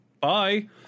Bye